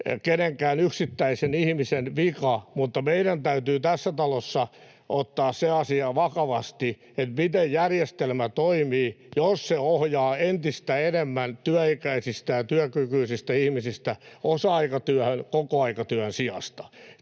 kenenkään yksittäisen ihmisen vika, mutta meidän täytyy tässä talossa ottaa se asia vakavasti, miten järjestelmä toimii, jos se ohjaa entistä enemmän työikäisiä ja työkykyisiä ihmisiä osa-aikatyöhön kokoaikatyön sijasta.